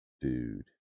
dude